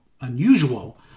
unusual